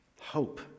Hope